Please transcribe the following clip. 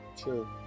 True